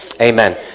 Amen